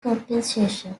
compensation